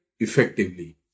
effectively